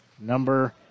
number